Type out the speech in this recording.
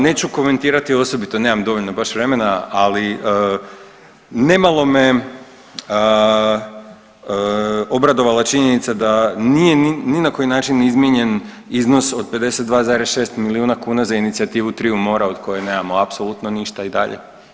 Neću komentirati osobito nemam dovoljno baš vremena, ali nemalo me obradovala činjenica da nije ni na koji način izmijenjen iznos od 52,6 milijuna kuna za inicijativu „Triju mora“ od koje nemamo apsolutno ništa i dalje.